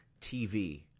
TV